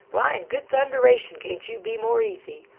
why in good thunderation can't you be more easy?